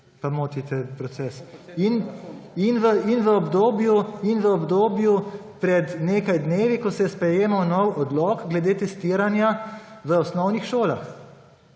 In o obdobju pred nekaj dnevi, ko se je sprejemal nov odlok glede testiranja v osnovnih šolah.